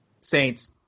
Saints